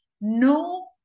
no